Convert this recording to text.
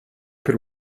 per